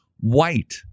white